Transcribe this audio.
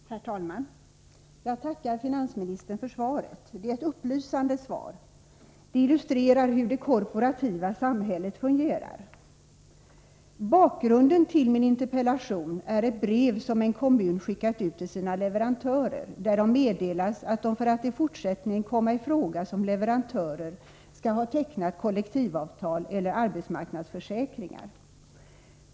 Herr talman! Jag tackar finansministern för svaret. Det är ett upplysande svar. Det illustrerar hur det korporativa samhället fungerar. Bakgrunden till min interpellation är ett brev som en kommun skickat ut till sina leverantörer, där dessa meddelas att de för att i fortsättningen komma i fråga som leverantörer skall ha tecknat kollektivavtal eller arbetsmarknadsförsäkringar.